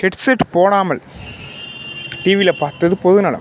Hegseth போடாமல் டீவியில் பார்த்தது பொதுநலம்